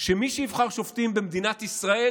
שמי שיבחר שופטים במדינת ישראל